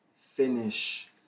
finish